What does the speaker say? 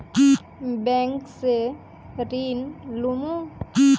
Bank से ऋण लुमू?